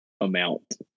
amount